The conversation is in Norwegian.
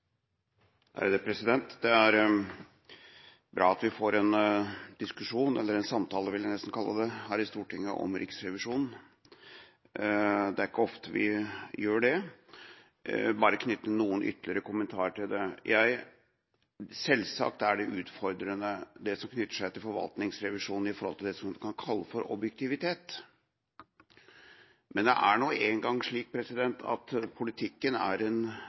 samtale – vil jeg nesten kalle det – her i Stortinget om Riksrevisjonen. Det er ikke ofte vi har det. Jeg vil bare knytte noen ytterligere kommentarer til det. Selvsagt er det utfordrende det som knytter seg til forvaltningsrevisjonen når det gjelder det man kan kalle objektivitet. Men det er nå en gang slik at politikken er en